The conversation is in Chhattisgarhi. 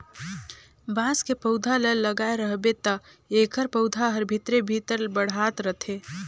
बांस के पउधा ल लगाए रहबे त एखर पउधा हर भीतरे भीतर बढ़ात रथे